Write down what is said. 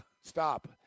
stop